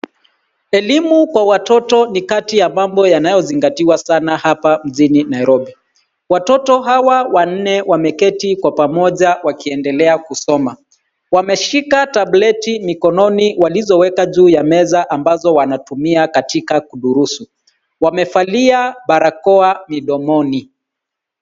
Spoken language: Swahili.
Elimu kwa watoto ni kati ya mambo yanayozingatiwa sana hapa jijini Nairobi. Watoto hawa wanne wameketi kwa pamoja wakiendelea kusoma. Wameshika tableti mikononi walizoweka juu ya meza, ambazo wanatumia katika kudurusu. Wamevaa barakoa midomoni.